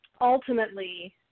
ultimately